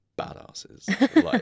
badasses